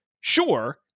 Sure